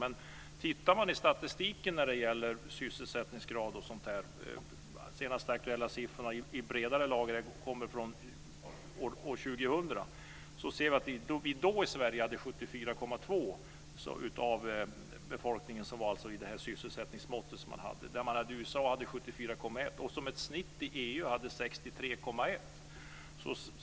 Men tittar vi i den senaste breda statistiken för sysselsättningsgrad osv. från år 2000 ser vi att Sveriges mått för andelen sysselsatta då var 74,2. USA hade 74,1, och snittet i EU var 63,1.